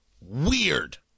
Weird